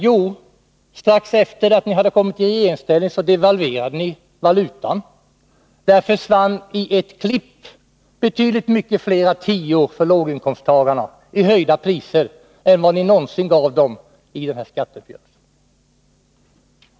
Jo, strax efter det att ni hade kommit i regeringsställning devalverade ni valutan. Där försvann i ett klipp betydligt fler tior för låginkomsttagarna i höjda priser än vad ni någonsin gav dem i skatteuppgörelsen.